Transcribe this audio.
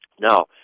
Now